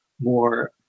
more